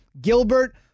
Gilbert